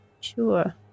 Sure